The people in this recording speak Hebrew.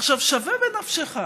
שווה בנפשך,